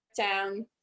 Town